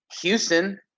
Houston